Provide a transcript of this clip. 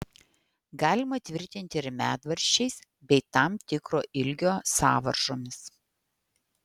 galima tvirtinti ir medvaržčiais bei tam tikro ilgio sąvaržomis